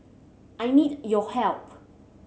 I need your help